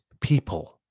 people